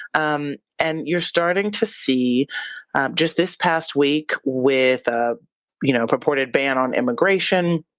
um and you're starting to see just this past week with a you know reported ban on immigration,